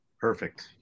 Perfect